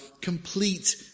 complete